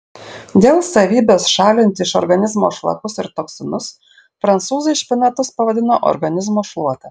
dėl savybės šalinti iš organizmo šlakus ir toksinus prancūzai špinatus pavadino organizmo šluota